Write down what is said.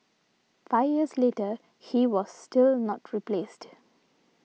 five years later he was still not replaced